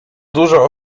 dużo